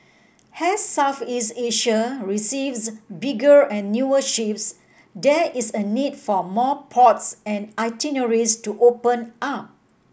as Southeast Asia receives bigger and newer ships there is a need for more ports and itineraries to open up